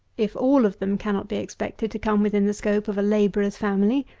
if all of them cannot be expected to come within the scope of a labourer's family,